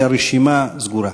והרשימה סגורה.